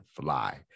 fly